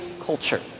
culture